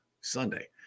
Sunday